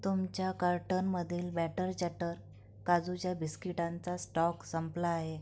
तुमच्या कार्टरमधील butter chatter काजूच्या बिस्किटांचा स्टॉक संपला आहे